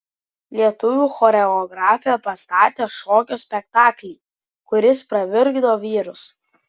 lietuvių choreografė pastatė šokio spektaklį kuris pravirkdo vyrus